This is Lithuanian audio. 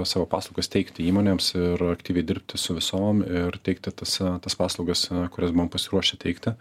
savo paslaugas teikti įmonėms ir aktyviai dirbti su visom ir teikti tas tas paslaugas kurias buvom pasiruošę teikti